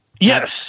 yes